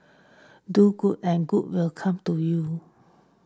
do good and good will come to you